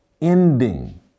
ending